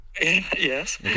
yes